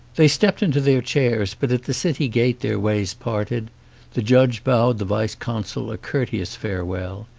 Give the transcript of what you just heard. they stepped into their chairs but at the city gate their ways parted the judge bowed the vice consul a courteous farewell.